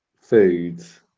Foods